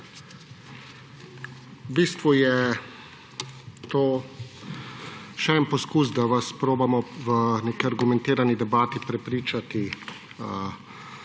V bistvu je to še en poskus, da vas probamo v neki argumentirani debati prepričati